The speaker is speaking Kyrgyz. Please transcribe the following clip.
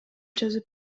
жазып